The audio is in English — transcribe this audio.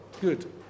good